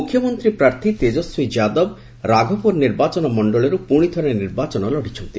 ମୁଖ୍ୟମନ୍ତ୍ରୀ ପ୍ରାର୍ଥୀ ତେଜସ୍ୱୀ ଯାଦବ ରାଘୋପୁର ନିର୍ବାଚନ ମଣ୍ଡଳିରୁ ପୁଣି ଥରେ ନିର୍ବାଚନ ଲଢ଼ିଛନ୍ତି